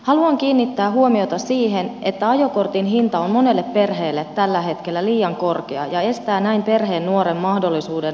haluan kiinnittää huomiota siihen että ajokortin hinta on monelle perheelle tällä hetkellä liian korkea ja estää näin perheen nuoren mahdollisuuden suorittaa ajokortti